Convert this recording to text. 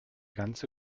ganze